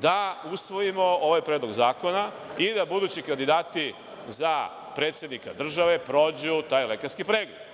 da usvojimo ovaj predlog zakona i da budući kandidati za predsednika države prođu taj lekarski pregled.